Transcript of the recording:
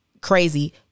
crazy